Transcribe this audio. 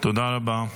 תודה רבה.